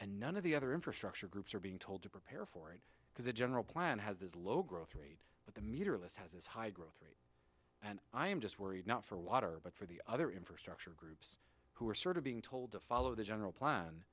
and none of the other infrastructure groups are being told to prepare for it because a general plan has this low growth rate but the meter list has this high growth rate and i'm just worried not for water but for the other infrastructure groups who are sort of being told to follow the general plan